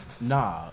Nah